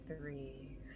three